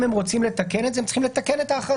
אם הם רוצים לתקן את זה הם צריכים לתקן את ההכרזה,